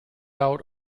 out